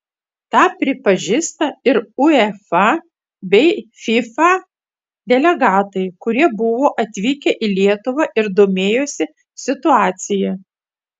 tą pripažįsta ir uefa bei fifa delegatai kurie buvo atvykę į lietuvą ir domėjosi situacija